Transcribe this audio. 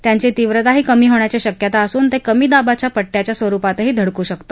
त्यांची तीव्रता ही कमी होण्याची शक्यता असून ते कमी दाबाच्या पट्याच्या स्वरुपातही धडकू शकते